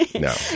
no